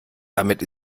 damit